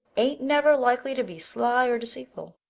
ain't never likely to be sly or deceitful.